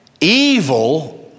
evil